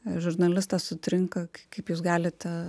žurnalistas sutrinka kaip jūs galite